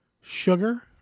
sugar